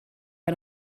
hij